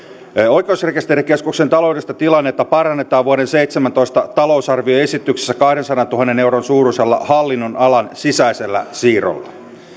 oikeusrekisterikeskuksen taloudellista tilannetta parannetaan vuoden seitsemäntoista talousarvioesityksessä kahdensadantuhannen euron suuruisella hallinnonalan sisäisellä siirrolla